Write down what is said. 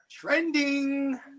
trending